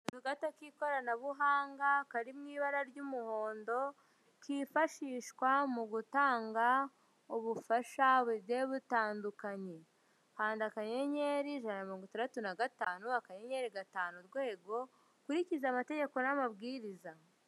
Akazu gato k'ikoranabuhanga kari mu ibara mu ibara ry'umuhondo kifashishwa mugutanga ubufasha bugiye butandukanye. Kanda akanyenyeri, ijana na mirongo itandatu n'agatanu akanyenyeri gatanu urwego ukurikize amategeko n'amabwiriza.